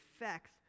effects